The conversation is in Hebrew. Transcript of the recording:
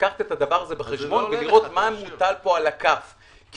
לקחת את הדבר הזה בחשבון ולראות מה מוטל פה על הכף כי